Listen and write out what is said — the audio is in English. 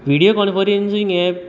video conferencing apps